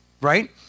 right